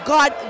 God